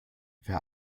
wer